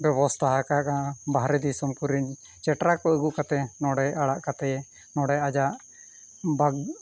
ᱵᱮᱵᱚᱥᱛᱷᱟ ᱟᱠᱟᱫᱟ ᱵᱟᱦᱨᱮ ᱫᱤᱥᱚᱢ ᱠᱚᱨᱮᱱ ᱪᱮᱴᱨᱟ ᱠᱚ ᱟᱹᱜᱩ ᱠᱟᱛᱮᱫ ᱱᱚᱰᱮ ᱟᱲᱟᱜ ᱠᱟᱛᱮᱫ ᱱᱚᱰᱮ ᱟᱡᱟᱜ ᱵᱟᱜᱽ